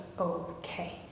okay